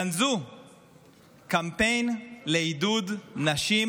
גנזו קמפיין לעידוד נשים